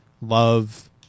love